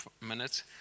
minutes